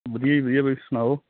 ਵਧੀਆ ਵਧੀਆ ਭਾਅ ਜੀ ਤੁਸੀਂ ਸੁਣਾਓ